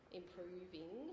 improving